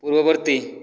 ପୂର୍ବବର୍ତ୍ତୀ